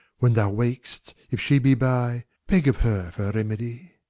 when thou wak'st, if she be by, beg of her for remedy.